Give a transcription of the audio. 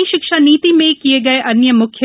नई शिक्षा नीति में किए गए अन्य प्रमुख